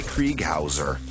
Krieghauser